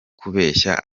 kubeshya